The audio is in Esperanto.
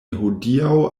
hodiaŭ